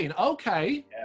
okay